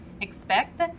expect